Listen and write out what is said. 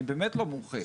אני באמת לא מומחה.